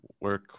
work